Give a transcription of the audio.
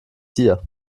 hier